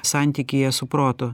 santykyje su protu